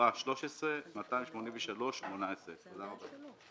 שמספרה 13-283-18. תודה רבה.